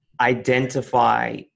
identify